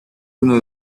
uno